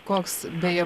koks beje